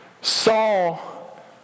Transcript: Saul